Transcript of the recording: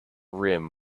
rim